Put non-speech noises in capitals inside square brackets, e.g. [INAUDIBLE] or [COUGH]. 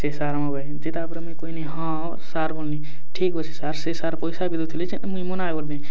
ଯେ ସାର୍ [UNINTELLIGIBLE] ଯେ ତା'ର୍ପରେ ମୁଇଁ କହେଲି ହଁ ସାର୍ ବୋଲି ଠିକ୍ ଅଛେ ସାର୍ ସେ ସାର୍ ପଏସା ବି ଦେଉଥିଲେ ଯେ ମୁଇଁ ମନା କର୍ଲି